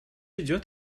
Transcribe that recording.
идет